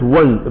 one